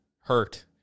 hurt